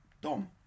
Dom